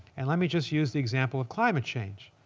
and let me just use the example of climate change.